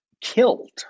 killed